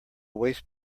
waste